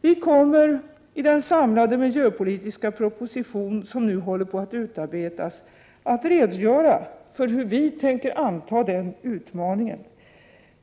Vi kommer i den samlade miljöpolitiska proposition som nu håller på att utarbetas att redogöra för hur vi tänker anta den utmaningen.